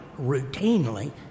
routinely